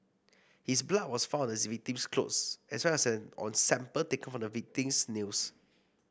his blood was found on the victim's clothes as well as on sample taken from the victim's nails